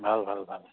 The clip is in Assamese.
ভাল ভাল ভাল